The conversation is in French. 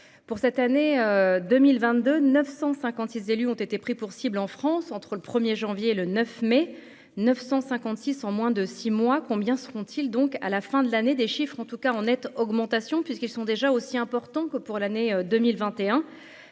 pour cette année 2022 956 élus ont été pris pour cible en France entre le 1er janvier le 9 mai 956 en moins de six mois combien seront-ils donc à la fin de l'année, des chiffres en tout cas en nette augmentation, puisqu'ils sont déjà aussi important que pour l'année 2021